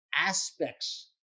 aspects